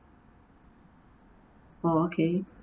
oh okay